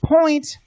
point